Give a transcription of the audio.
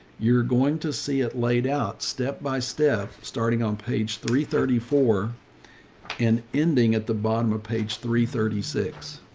you're going to see it laid out step by step, starting on page three thirty four and ending at the bottom of page three thirty six.